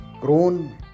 grown